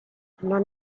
non